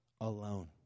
alone